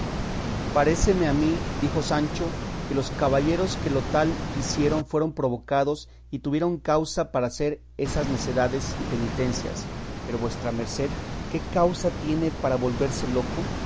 más paréceme a mí dijo sancho que los caballeros que lo tal ficieron fueron provocados y tuvieron causa para hacer esas necedades y penitencias pero vuestra merced qué causa tiene para volverse loco